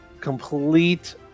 complete